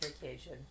vacation